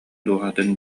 дууһатын